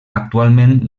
actualment